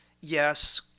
yes